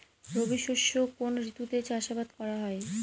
রবি শস্য কোন ঋতুতে চাষাবাদ করা হয়?